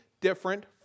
different